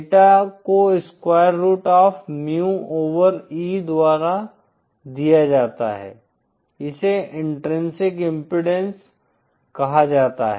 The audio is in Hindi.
एटा को square root of mu over E द्वारा दिया जाता है इसे इन्ट्रिंसिक इम्पीडेन्स कहा जाता है